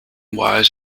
wires